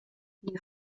les